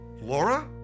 Laura